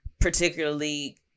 particularly